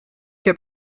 heb